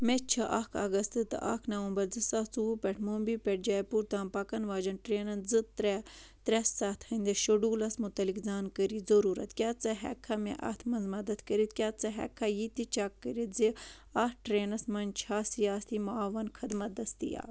مےٚ چھِ اکھ اَگست تہٕ اکھ نومبر زٕ ساس ژوٚوُہ پؠٹھ مُمبیہِ پؠٹھ جیپوٗر تام پَکَن واجیٚنۍ ٹرٛینَن زٕ ترٛےٚ ترٛےٚ سَتھ ہِنٛدِس شِڈوٗلَس متعلق زانکٲری ضٔروٗرت کیٛاہ ژٕ ہؠککھا مےٚ اَتھ منٛز مدتھ کٔرِتھ کیٛاہ ژٕ ہٮ۪ککھا یہ تہِ چَک کٔرِتھ زِ اَتھ ٹرٛینَس منٛز چھےٚ سیاستی معاون خدمت دٔستیاب